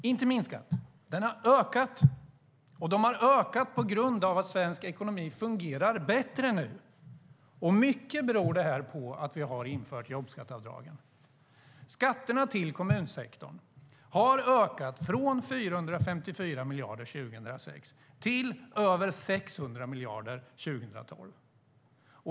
Skatteintäkterna har ökat på grund av att svensk ekonomi fungerar bättre nu. Mycket beror detta på att vi har infört jobbskatteavdragen. Skatterna till kommunsektorn har ökat från 454 miljarder 2006 till över 600 miljarder 2012.